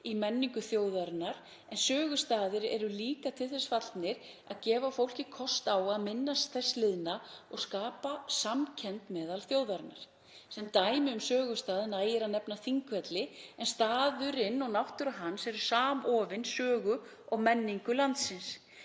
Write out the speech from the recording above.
í menningu þjóðarinnar en þeir eru líka til þess fallnir að gefa fólki kost á að minnast þess liðna og skapa samkennd meðal þjóðarinnar. Sem dæmi um sögustað nægir að nefna Þingvelli en staðurinn og náttúra hans eru samofin sögu og menningu landsins.